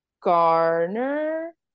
Garner